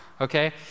okay